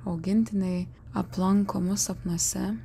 augintiniai aplanko mus sapnuose